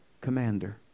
commander